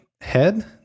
head